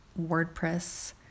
WordPress